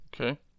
Okay